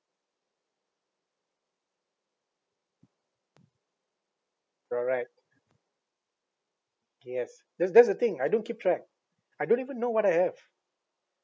correct yes that's that's the thing I don't keep track I don't even know what I have